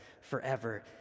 forever